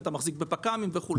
בפק"מים וכו'.